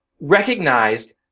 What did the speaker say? recognized